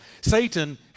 Satan